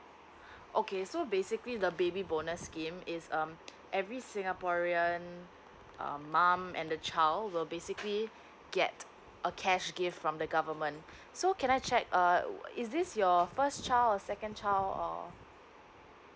okay so basically the baby bonus scheme is um every singaporean um mom and the child will basically get a cash gift from the government so can I check err is this your first child or second child or